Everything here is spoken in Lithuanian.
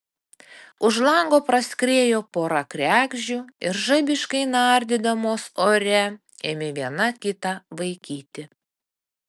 už lango praskriejo pora kregždžių ir žaibiškai nardydamos ore ėmė viena kitą vaikyti